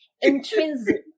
Intrinsic